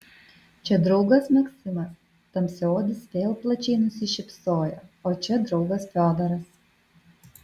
čia draugas maksimas tamsiaodis vėl plačiai nusišypsojo o čia draugas fiodoras